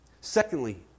Secondly